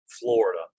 Florida